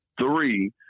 three